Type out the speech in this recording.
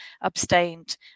abstained